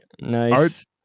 Nice